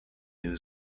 new